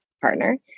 partner